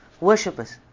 worshippers